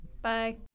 Bye